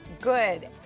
good